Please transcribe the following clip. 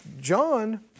John